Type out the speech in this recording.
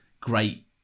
great